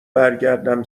برگردم